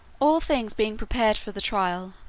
all things being prepared for the trial,